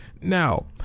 Now